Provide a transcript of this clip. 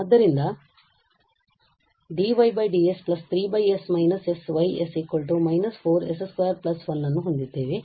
ಆದ್ದರಿಂದ dY ds 3 s − s Y 4 s 2 1 ಅನ್ನು ಹೊಂದಿದ್ದೇವೆ